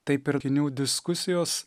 tai pirkinių diskusijos